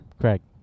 Correct